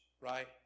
right